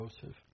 Joseph